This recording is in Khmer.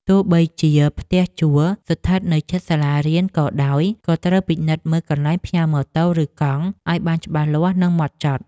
ទោះបីជាផ្ទះជួលស្ថិតនៅជិតសាលារៀនក៏ដោយក៏ត្រូវពិនិត្យមើលកន្លែងផ្ញើម៉ូតូឬកង់ឱ្យបានច្បាស់លាស់និងហ្មត់ចត់។